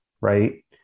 right